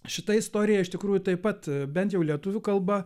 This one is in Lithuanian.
šita istorija iš tikrųjų taip pat bent jau lietuvių kalba